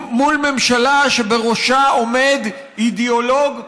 מול ממשלה שבראשה עומד אידיאולוג טורבו-קפיטליסט,